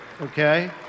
Okay